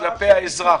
כלפי האזרח.